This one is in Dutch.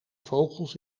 vogels